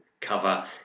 cover